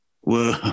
Whoa